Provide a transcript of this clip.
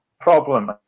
problem